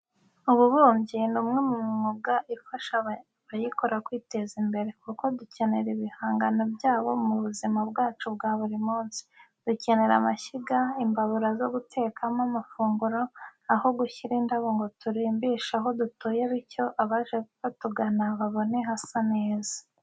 Ububumbyi ni umwe mu myuga ifasha abayikora kwiteza imbere, kuko dukenera ibihangano byabo mu buzima bwacu bwa buri munsi. Dukenera amashyiga, imbabura zo gutekaho amafunguro, aho gushyira indabo ngo turimbishe aho dutuye bityo abaje batugana babone hasa neza.